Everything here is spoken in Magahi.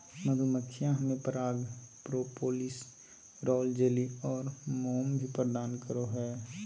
मधुमक्खियां हमें पराग, प्रोपोलिस, रॉयल जेली आरो मोम भी प्रदान करो हइ